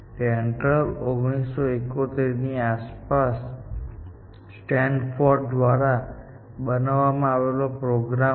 Dendral 1971 ની આસપાસ Stanford દ્વારા બનાવવામાં આવેલો પ્રોગ્રામ હતો